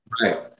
Right